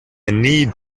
need